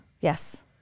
yes